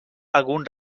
algun